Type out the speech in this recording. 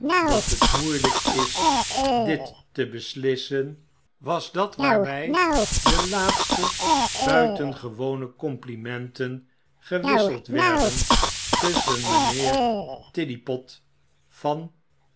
dat het moeilyk is dit te beslissen was dat waarbij de laatste buitengewone complimenten gewisseld werden tusschen mynheer tiddypot van